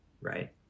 right